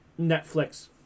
Netflix